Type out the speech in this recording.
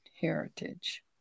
heritage